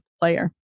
player